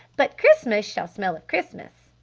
but christmas shall smell of christmas!